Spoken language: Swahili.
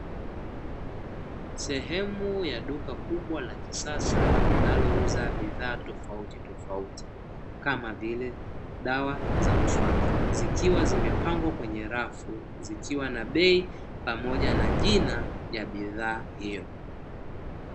Sehemu ya duka kubwa la kisasa linalouza bidhaa tofauti tofauti kama vile: dawa za mswaki zikiwa zimepangwa kwenye rafu ikiwa na bei pamoja na jina la bidhaa hiyo.